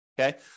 okay